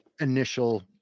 initial